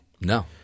No